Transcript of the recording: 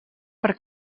per